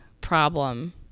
problem